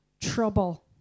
trouble